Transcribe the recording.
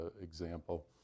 example